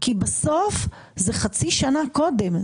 כי בסוף זה חצי שנה קודם,